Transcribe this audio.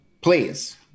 Please